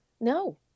no